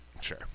Sure